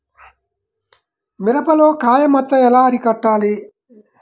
మిరపలో కాయ మచ్చ ఎలా అరికట్టాలి?